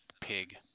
pig